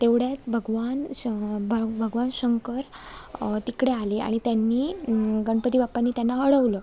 तेवढ्यात भगवान शं भगवान शंकर तिकडे आले आणि त्यांनी गणपती बाप्पांनी त्यांना अडवलं